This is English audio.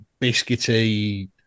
biscuity